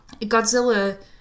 Godzilla